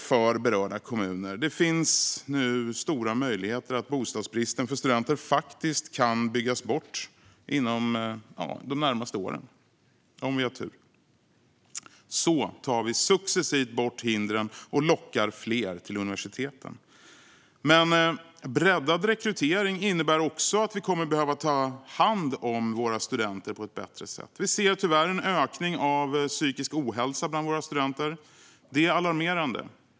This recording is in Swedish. Det finns nu stora möjligheter att bygga bort bostadsbristen för studenter inom de närmaste åren - om vi har tur. Så tar vi successivt bort hindren och lockar fler till universiteten. Men breddad rekrytering innebär också att vi kommer att behöva ta hand om våra studenter på ett bättre sätt. Vi ser tyvärr en ökning av psykisk ohälsa bland våra studenter. Det är alarmerande.